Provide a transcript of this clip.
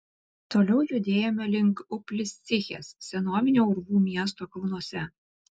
toliau judėjome link upliscichės senovinio urvų miesto kalnuose